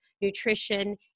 nutrition